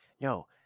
No